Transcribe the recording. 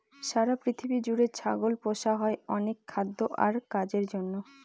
সারা পৃথিবী জুড়ে ছাগল পোষা হয় অনেক খাদ্য আর কাজের জন্য